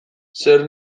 zer